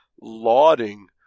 lauding